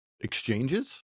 exchanges